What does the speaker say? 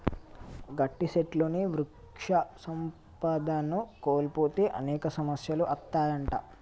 గట్టి సెట్లుని వృక్ష సంపదను కోల్పోతే అనేక సమస్యలు అత్తాయంట